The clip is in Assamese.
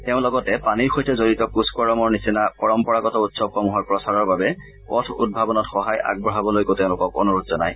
তেওঁ লগতে পানীৰ সৈতে জড়িত পুষ্ণৰমৰ লেখীয়া পৰম্পৰাগত উৎসৱসমূহৰ প্ৰচাৰৰ বাবে পথ উদ্ভাৱনত সহায় আগবঢ়াবলৈকো তেওঁলোকক অনুৰোধ জনায়